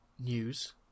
News